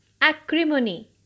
acrimony